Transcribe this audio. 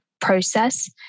process